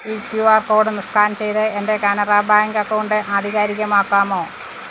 ഈ Q R കോഡൊന്ന് scan ചെയ്ത് എൻ്റെ കാനറ ബാങ്ക് അക്കൗണ്ട് ആധികാരികമാക്കാമോ